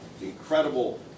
incredible